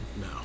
No